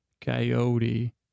Coyote